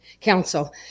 council